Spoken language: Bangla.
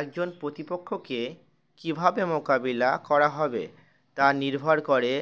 একজন প্রতিপক্ষকে কীভাবে মোকাবিলা করা হবে তা নির্ভর করে